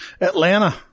Atlanta